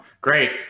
Great